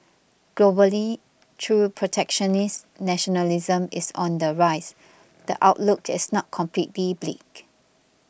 globally though protectionist nationalism is on the rise the outlook is not completely bleak